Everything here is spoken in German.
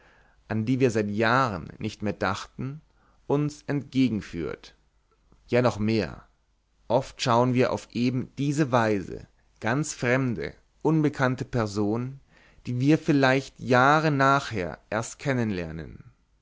an die wir seit jahren nicht mehr dachten uns entgegenführt ja noch mehr oft schauen wir auf eben die weise ganz fremde unbekannte personen die wir vielleicht jahre nachher erst